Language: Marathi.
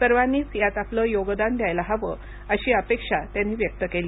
सर्वांनीच यात आपलं योगदान द्यायला हवं अशी अपेक्षा त्यांनी व्यक्त केली